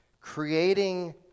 creating